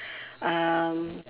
um